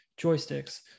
joysticks